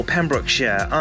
Pembrokeshire